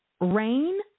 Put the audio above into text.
rain